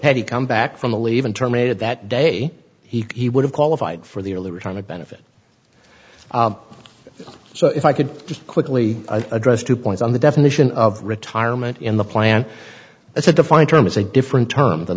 petty come back from the leave in terminated that day he would have qualified for the early retirement benefit so if i could just quickly address two points on the definition of retirement in the plan that's a defined term is a different term than